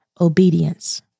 obedience